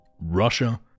Russia